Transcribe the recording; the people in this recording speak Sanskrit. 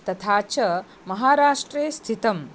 तथा च महाराष्ट्रे स्थितम्